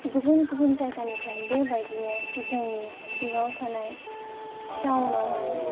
गुबुन गुबुन जायगानिफ्राय बेबायदिनो जोंनि सिङाव थानाय टाउनावहाय